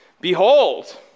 Behold